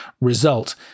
result